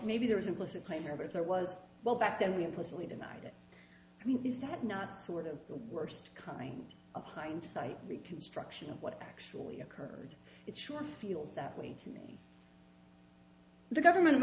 maybe there was implicit claim ever there was well back then we implicitly denied it i mean is that not sort of the worst kind of hindsight reconstruction of what actually occurred it sure feels that way to me the government